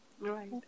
Right